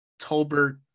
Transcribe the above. tolbert